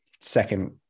second